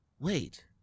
wait